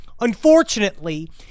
unfortunately